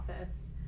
office